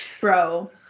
bro